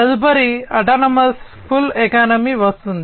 తదుపరి autonomous pull economy వస్తుంది